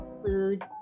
include